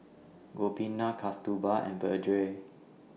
Gopinath Kasturba and Vedre